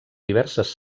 diverses